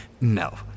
No